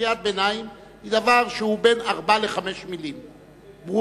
קריאת ביניים היא דבר שהוא בין ארבע לחמש מלים ברורות,